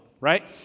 Right